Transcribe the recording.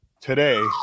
today